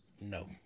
No